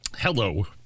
Hello